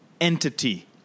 entity